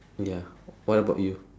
ya what about you